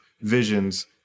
visions